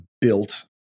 built